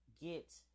get